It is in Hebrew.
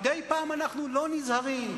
מדי פעם אנחנו לא נזהרים.